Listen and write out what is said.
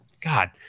God